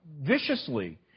viciously